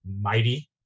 mighty